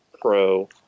pro